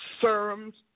Serums